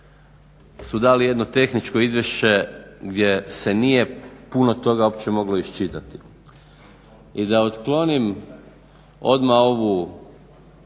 su dali jedno tehničko izvješće gdje se nije puno toga uopće moglo iščitati. I da otklonim odmah ovu